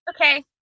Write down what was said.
Okay